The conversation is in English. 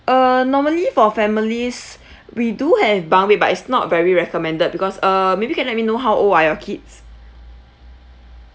uh normally for families we do have bunk bed but it's not very recommended because uh maybe you can let me know how old are your kids